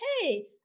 hey